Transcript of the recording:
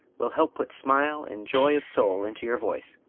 will help put smile and joy of soul into your voice.